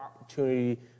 opportunity